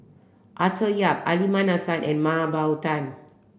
Arthur Yap Aliman Hassan and Mah Bow Tan